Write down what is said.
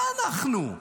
מה אנחנו?